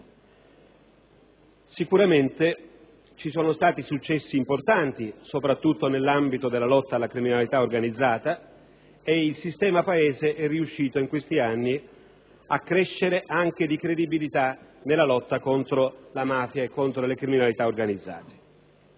Sicuramente ci sono stati successi importanti, soprattutto nell'ambito della lotta alla criminalità organizzata e il sistema Paese è riuscito a crescere anche in termini di credibilità nella lotta contro la mafia e contro le criminalità organizzate.